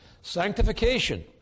Sanctification